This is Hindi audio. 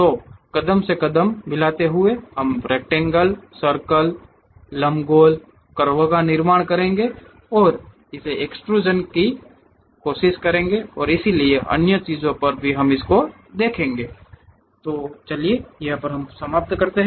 तो कदम से कदम हम रेक्तेंगल सर्कल लंबगोल कर्व का निर्माण करेंगे और इसे एक्सट्रूज़न की कोशिश करेंगे और इसलिए अन्य चीजों पर हम देखेंगे ठीक है